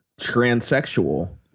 Transsexual